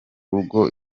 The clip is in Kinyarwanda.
rugo